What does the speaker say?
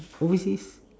overseas